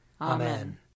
Amen